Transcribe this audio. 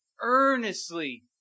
earnestly